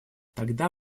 тогда